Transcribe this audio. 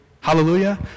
Hallelujah